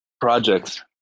projects